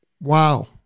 Wow